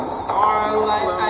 starlight